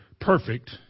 perfect